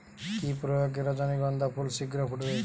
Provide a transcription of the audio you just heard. কি প্রয়োগে রজনীগন্ধা ফুল শিঘ্র ফুটবে?